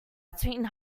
between